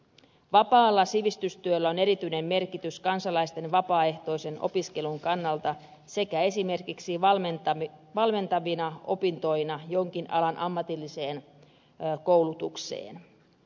vapaalla sivistystyöllä on erityinen merkitys kansalaisten vapaaehtoisen opiskelun kannalta sekä esimerkiksi valmentavina opintoina jonkin alan ammatilliseen koulutukseen